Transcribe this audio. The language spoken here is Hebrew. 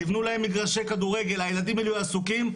תבנו להם מגרשי כדורגל, הילדים יהיו עסוקים.